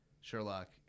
Sherlock